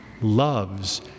loves